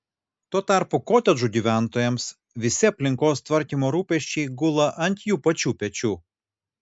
tuo tarpu kotedžų gyventojams visi aplinkos tvarkymo rūpesčiai gula ant jų pačių pečių